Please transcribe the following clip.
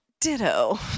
Ditto